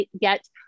get